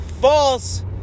false